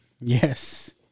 Yes